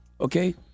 okay